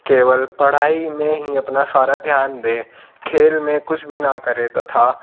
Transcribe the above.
केवल पढ़ाई में ही अपना सारा ध्यान दें खेल में कुछ भी ना करे तथा